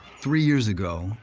three years ago,